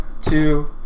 Two